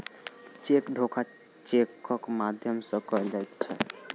cheque धोखा चेकक माध्यम सॅ कयल जाइत छै